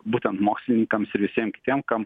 būtent mokslininkams ir visiem kitiem kam